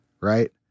right